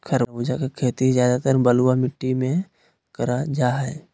खरबूजा के खेती ज्यादातर बलुआ मिट्टी मे करल जा हय